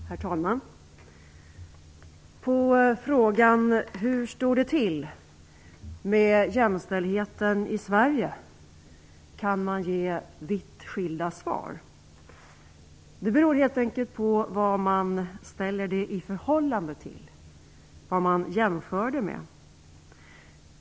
Herr talman! På frågan hur det står till med jämställdheten i Sverige kan man ge vitt skilda svar. Det beror helt enkelt på vad man ställer det i förhållande till, vad man jämför det med.